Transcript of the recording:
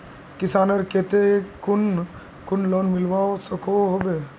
किसानेर केते कुन कुन लोन मिलवा सकोहो होबे?